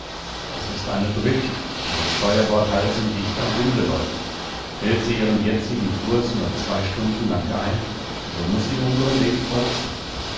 es ist eine brigg die mit steuerbordhalsen dicht am winde läuft hält sie ihren jetzigen cours nur zwei stunden lang ein so muß sie unsern weg kreuzen